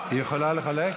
היא יכולה לחלק?